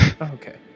Okay